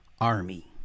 army